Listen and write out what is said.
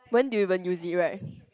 when do you even use it right